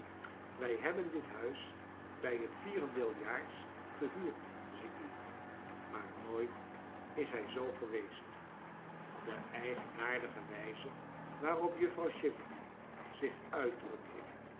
wij hebben dit huis bij het vierendeel jaars gehuurd ziet u maar nooit is hij zoo geweest j e eigenaardige wijze waarop juffrouw chivery zich uit